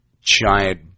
Giant